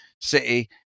City